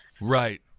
Right